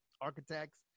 architects